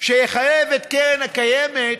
שיחייב את הקרן הקיימת להגיש,